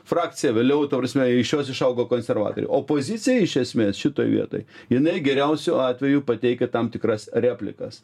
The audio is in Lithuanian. frakcija vėliau ta prasme iš jos išaugo konservatorių opozicija iš esmės šitoj vietoj jinai geriausiu atveju pateikia tam tikras replikas